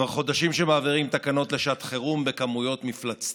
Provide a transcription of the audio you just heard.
כבר חודשים שמעבירים תקנות לשעת חירום בכמויות מפלצתיות.